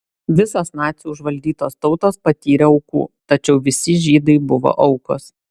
visos nacių užvaldytos tautos patyrė aukų tačiau visi žydai buvo aukos